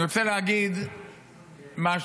אני רוצה להגיד משהו,